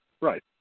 right